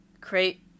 create